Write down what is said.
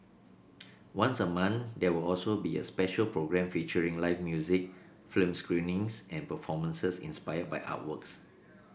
once a month there were also be a special programme featuring live music film screenings and performances inspired by artworks